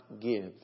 give